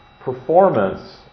performance